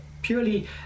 purely